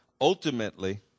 Ultimately